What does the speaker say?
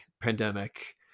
pandemic